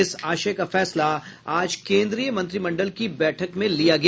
इस आशय का फैसला आज केन्द्रीय मंत्रिमडल की बैठक में लिया गया